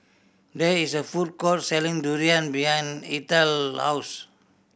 there is a food court selling durian behind Eathel house